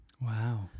Wow